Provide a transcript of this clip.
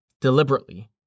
Deliberately